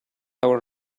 our